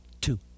two